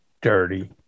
dirty